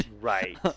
Right